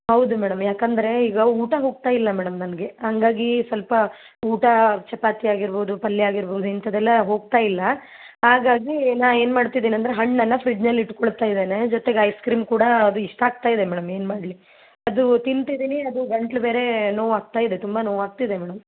ಹೌದು ಮೇಡಮ್ ಯಾಕೆಂದ್ರೆ ಈಗ ಊಟ ಹೋಗ್ತಾ ಇಲ್ಲ ಮೇಡಮ್ ನನಗೆ ಹಾಗಾಗಿ ಸ್ವಲ್ಪ ಊಟ ಚಪಾತಿ ಆಗಿರ್ಬೋದು ಪಲ್ಯ ಆಗಿರ್ಬೋದು ಇಂತದ್ದೆಲ್ಲ ಹೋಗ್ತಾ ಇಲ್ಲ ಹಾಗಾಗಿ ನಾ ಏನು ಮಾಡ್ತಿದ್ದೀನಿ ಅಂದರೆ ಹಣ್ಣನ್ನು ಫ್ರಿಡ್ಜ್ ಅಲ್ಲಿ ಇಟ್ತುಕೊಳ್ತಾ ಇದ್ದೇನೆ ಜೊತೆಗೆ ಐಸ್ ಕ್ರೀಮ್ ಕೂಡ ಅದು ಇಷ್ಟ ಆಗ್ತಾ ಇದೆ ಮೇಡಮ್ ಏನು ಮಾಡಲಿ ಅದು ತಿಂತಿದ್ದೀನಿ ಅದು ಗಂಟಲು ಬೇರೆ ನೋವಾಗ್ತಾ ಇದೆ ತುಂಬಾ ನೋವಾಗ್ತಿದೆ ಮೇಡಮ್